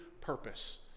purpose